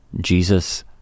Jesus